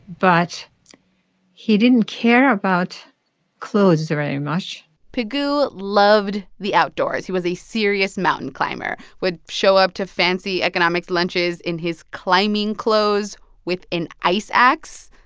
but he didn't care about clothes very much pigou loved the outdoors. he was a serious mountain climber, would show up to fancy economic lunches in his climbing clothes with an ice ax.